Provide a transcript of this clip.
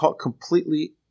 completely